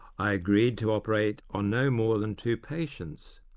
i agreed to operate on no more than two patients,